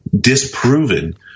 disproven